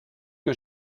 que